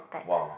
!wow!